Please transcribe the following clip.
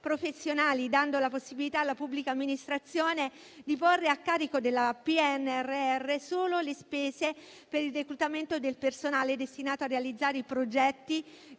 professionali dando la possibilità alla pubblica amministrazione di porre a carico del PNRR solo le spese per il reclutamento del personale destinato a realizzare i progetti